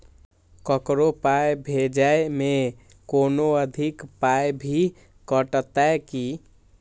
ककरो पाय भेजै मे कोनो अधिक पाय भी कटतै की?